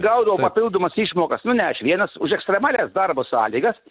gaudavau papildomas išmokas nu ne aš vienas už ekstremalias darbo sąlygas